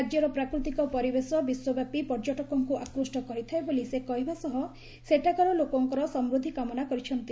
ରାଜ୍ୟର ପ୍ରାକୃତିକ ପରିବେଶ ବିଶ୍ୱବ୍ୟାପୀ ପର୍ଯ୍ୟଟକଙ୍କୁ ଆକୃଷ୍ଟ କରିଥାଏ ବୋଲି ସେ କହିବା ସହ ସେଠାକାର ଲୋକଙ୍କର ସମ୍ବଦ୍ଧି କାମନା କରିଛନ୍ତି